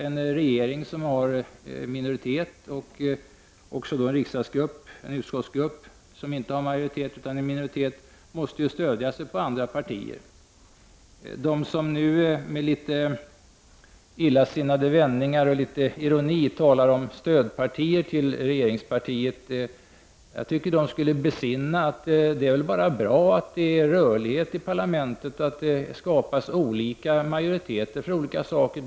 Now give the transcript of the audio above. En minoritetsregering och en utskottsgrupp som inte har majoritet utan är i minoritet måste ju stödja sig på andra partier. De som nu med litet illasinnade vändningar och litet ironi talar om stödpartiet till regeringspartiet skulle besinna, tycker jag, att det väl bara är bra att det är rörlighet i parlamentet och att det skapas olika majoriteter för olika saker.